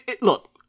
look